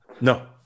No